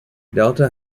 delta